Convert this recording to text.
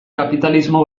kapitalismo